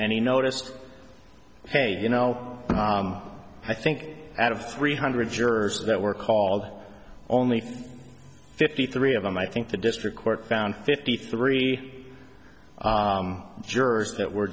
he noticed hey you know i think out of three hundred jurors that were called only fifty three of them i think the district court found fifty three jurors that were